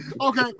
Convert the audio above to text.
okay